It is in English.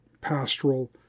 pastoral